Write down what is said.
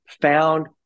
found